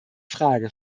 frage